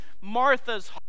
Martha's